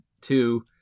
two